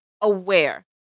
aware